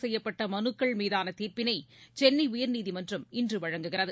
செய்யப்பட்டமனுக்கள் மீதானதீர்ப்பினைசென்னைஉயர்நீதிமன்றம் இன்றுவழங்குகிறது